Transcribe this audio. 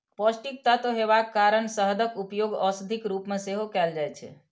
पौष्टिक तत्व हेबाक कारण शहदक उपयोग औषधिक रूप मे सेहो कैल जाइ छै